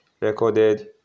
recorded